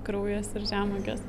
kraujas ir žemuogės